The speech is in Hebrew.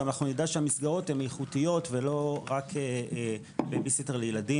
גם אנחנו נדע שהמסגרות הן איכותיות ולא רק בייבי סיטר לילדים.